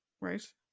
Right